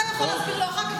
אתה יכול להסביר לו אחר כך,